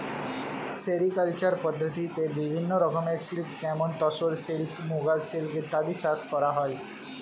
sericulture পদ্ধতিতে বিভিন্ন রকমের সিল্ক যেমন তসর সিল্ক, মুগা সিল্ক ইত্যাদি চাষ করা হয়